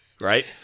right